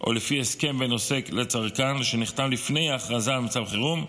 או לפי הסכם בין עוסק לצרכן שנחתם לפני ההכרזה על מצב חירום,